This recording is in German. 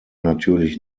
natürlich